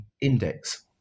index